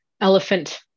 elephant